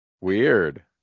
Weird